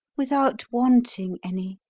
without wanting any!